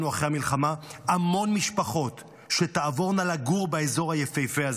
אחרי המלחמה המון משפחות שתעבורנה לגור באזור היפהפה הזה.